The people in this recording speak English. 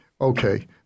Okay